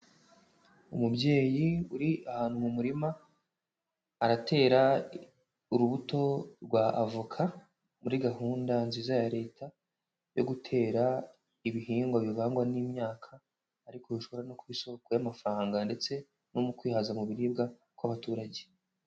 Umubyeyi uri ahantu mu murima aratera urubuto rwa avoka, muri gahunda nziza ya Leta yo gutera ibihingwa bivangwa n'imyaka, ariko bishobora no kuba isoko y'amafaranga ndetse no mu kwihaza mu biribwa kw'abaturage.